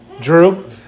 Drew